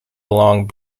along